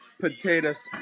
potatoes